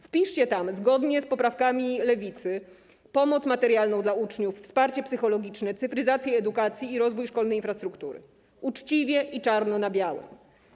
Wpiszcie tam, zgodnie z poprawkami Lewicy, pomoc materialną dla uczniów, wsparcie psychologiczne, cyfryzację edukacji i rozwój szkolnej infrastruktury - uczciwie i czarno na białym.